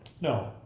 No